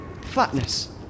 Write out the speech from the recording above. Flatness